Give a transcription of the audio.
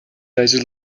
ажилд